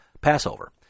Passover